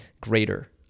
greater